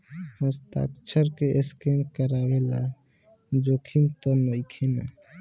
हस्ताक्षर के स्केन करवला से जोखिम त नइखे न?